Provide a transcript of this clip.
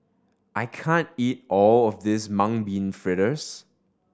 I can't eat all of this Mung Bean Fritters